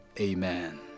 Amen